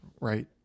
right